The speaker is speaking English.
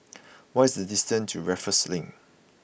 what is the distance to Raffles Link